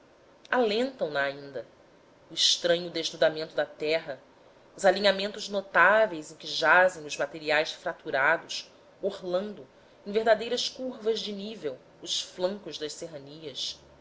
aventurosa alentam na ainda o estranho desnudamento da terra os alinhamentos notáveis em que jazem os materiais fraturados orlando em verdadeiras curvas de nível os flancos de serranias